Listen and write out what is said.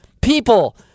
People